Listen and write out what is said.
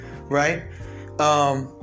Right